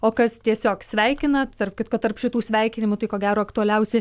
o kas tiesiog sveikina tarp kitko tarp šitų sveikinimų tai ko gero aktualiausi